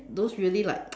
those really like